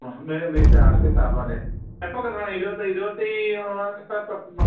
ആ അന്നേരം പീസാക്കി തരണമല്ലൊ എപ്പോൾ കിട്ടണം ഇരുപത് ഇരുപത്തി ഒന്ന് സെപ്റ്റംബർ